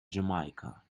jamaica